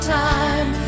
time